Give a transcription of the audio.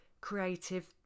creative